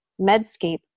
Medscape